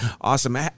awesome